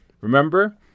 Remember